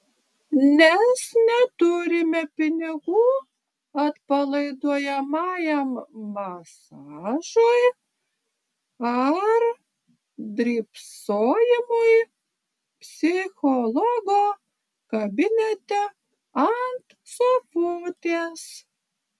nes neturime pinigų atpalaiduojamajam masažui ar drybsojimui psichologo kabinete ant sofutės